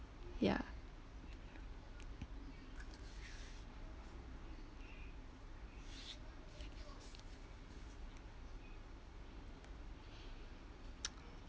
ya